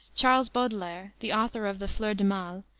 charles baudelaire, the author of the fleurs du mal,